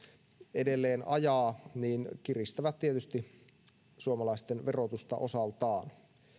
edelleen ajaa kiristävät tietysti suomalaisten verotusta osaltaan